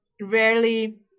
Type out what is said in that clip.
rarely